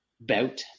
bout